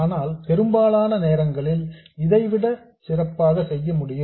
ஆனால் பெரும்பாலான நேரங்களில் இதைவிட சிறப்பாக செய்ய முடியும்